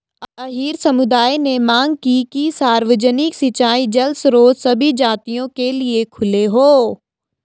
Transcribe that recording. अहीर समुदाय ने मांग की कि सार्वजनिक सिंचाई जल स्रोत सभी जातियों के लिए खुले हों